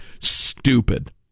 stupid